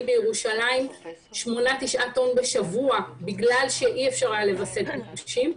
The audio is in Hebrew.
בירושלים שמונה-תשעה טון בשבוע בגלל שאי אפשר היה לווסת ביקושים.